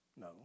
No